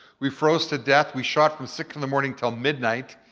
we froze to death. we shot from six in the morning till midnight.